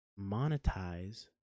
monetize